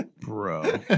Bro